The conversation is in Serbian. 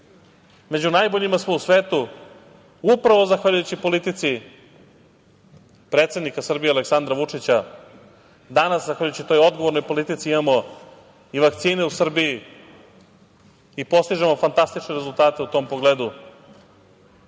Među najboljima smo u svetu upravo zahvaljujući politici predsednika Srbije Aleksandra Vučića. Danas, zahvaljujući toj odgovornoj politici, imamo i vakcine u Srbiji i postižemo fantastične rezultate u tom pogledu.